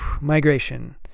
migration